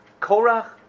Korach